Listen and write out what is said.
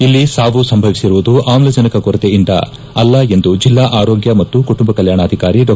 ಇಲ್ಲಿ ಸಾವು ಸಂಭವಿಸಿರುವುದು ಆಮ್ಲಜನಕ ಕೊರತೆಯಿಂದಲ್ಲ ಎಂದು ಜಿಲ್ಡಾ ಆರೋಗ್ಲ ಮತ್ತು ಕುಟುಂಬ ಕಲ್ಯಾಣಾಧಿಕಾರಿ ಡಾ